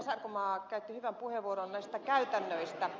sarkomaa käytti hyvän puheenvuoron näistä käytännöistä